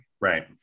right